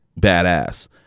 badass